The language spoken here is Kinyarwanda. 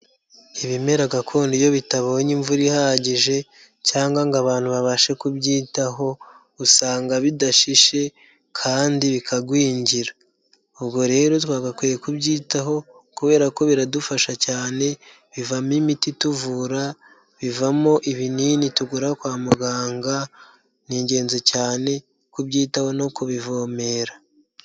Ibimera gakondo iyo bitabonye imvura ihagije cyangwa ngo abantu babashe kubyitaho, usanga bidashishe kandi bikagwingira. Ubwo rero twagakwiye kubyitaho kubera ko biradufasha cyane, bivamo imiti ituvura, bivamo ibinini tugura kwa muganga, ni ingenzi cyane kubyitaho no kubivomera.